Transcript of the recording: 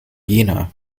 jena